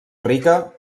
rica